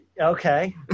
Okay